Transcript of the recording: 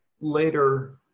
later